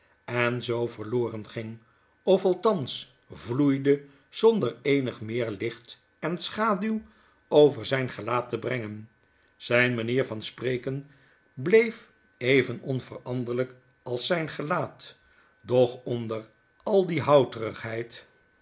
en zoo verloren ging of althans vloeide zonder eenig meer licht en schaduw over zyn gelaat te brengen zjjn manier van spreken bleef even onveranderlp als zyn gelaat doch onder al die